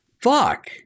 fuck